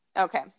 Okay